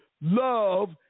love